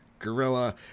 gorilla